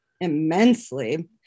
immensely